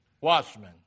watchmen